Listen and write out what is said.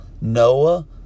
Noah